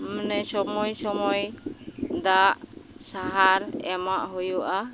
ᱢᱟᱱᱮ ᱥᱚᱢᱳᱭ ᱥᱚᱢᱳᱭ ᱫᱟᱜ ᱥᱟᱦᱟᱨ ᱮᱢᱟᱜ ᱦᱩᱭᱩᱜᱼᱟ